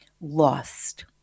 lost